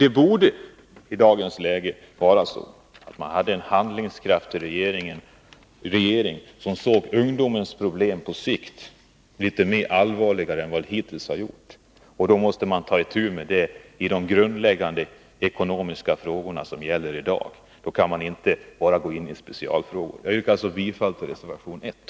Man borde i dagens läge ha en handlingskraftig regering, som tog ungdomens problem till sig litet allvarligare än man hittills har gjort. Man måste i dag ta itu med de grundläggande ekonomiska frågorna. Då kan man inte ägna sig enbart åt specialfrågor. Jag yrkar bifall till reservation 1.